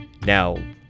Now